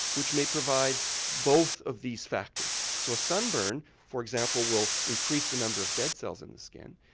which may provide both of these factors so a sun burn for example will increase the number of dead cells in the skin,